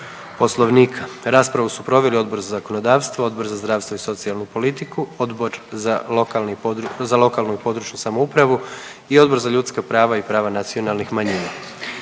Poslovnika. Raspravu su proveli Odbor za zakonodavstvo, Odbor za zdravstvo i socijalnu politiku, Odbor za lokalnu i područnu samoupravu i Odbor za ljudska prava i prava nacionalnih manjina.